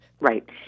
Right